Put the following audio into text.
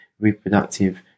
reproductive